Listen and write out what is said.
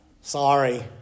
Sorry